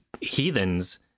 heathens